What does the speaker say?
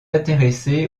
intéressé